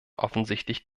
offensichtlich